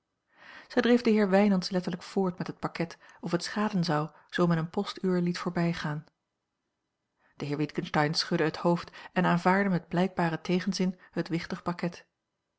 dreef den heer wijnands letterlijk voort met het pakket of het schaden zou zoo men een post uur liet voorbijgaan de heer witgensteyn schudde het hoofd en aanvaardde met blijkbaren tegenzin het wichtig pakket